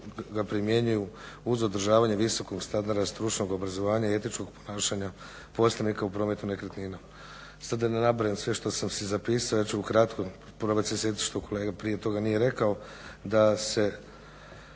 ga primjenjuju uz održavanje visokog standarda stručnog obrazovanja i etičkog ponašanja posrednika u prometu nekretnina. Sada da ne nabrajam sve što sam si zapisao ja ću u kratko probat se sjetiti što kolega prije toga nije rekao, da se